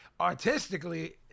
Artistically